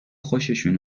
خوششون